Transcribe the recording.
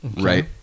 right